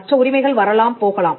மற்ற உரிமைகள் வரலாம் போகலாம்